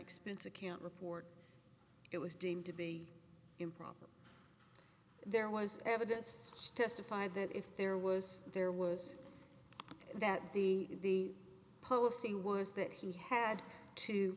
expense account report it was deemed to be in problem there was evidence testify that if there was there was that the policy was that he had to